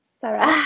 Sarah